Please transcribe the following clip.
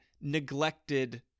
neglected